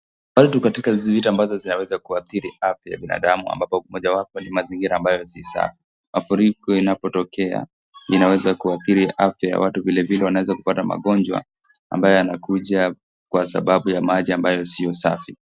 Hali katika vitu ambazo zinaweza kuathiri afya ya binadamu ambapo mojawapo ni mazingira ambayo si safi. Mafuriko inapotokea inaweza kuathiri afya ya watu. Vilevile wanaweza kupata magonjwa ambayo yanakuja kwa sababu ya maji ambayo sio safi.